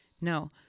No